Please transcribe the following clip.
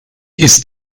ist